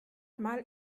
mal